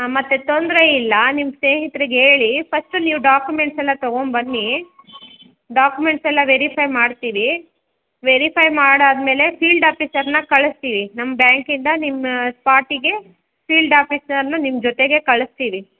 ಹಾಂ ಮತ್ತೆ ತೊಂದರೆ ಇಲ್ಲ ನಿಮ್ಮ ಸ್ನೇಹಿತ್ರಿಗೆ ಹೇಳಿ ಫಸ್ಟ್ ನೀವು ಡಾಕ್ಯುಮೆಂಟ್ಸ್ ಎಲ್ಲ ತಗೊಂಡು ಬನ್ನಿ ಡಾಕ್ಯುಮೆಂಟ್ಸ್ ಎಲ್ಲ ವೆರಿಫೈ ಮಾಡ್ತೀವಿ ವೆರಿಫೈ ಮಾಡಾದ್ಮೇಲೆ ಫೀಲ್ಡ್ ಆಫೀಸರನ್ನ ಕಳಿಸ್ತೀವಿ ನಮ್ಮ ಬ್ಯಾಂಕಿಂದ ನಿಮ್ಮ ಸ್ಪಾಟಿಗೆ ಫೀಲ್ಡ್ ಆಫೀಸರನ್ನ ನಿಮ್ಮ ಜೊತೆಗೇ ಕಳಿಸ್ತೀವಿ